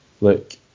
look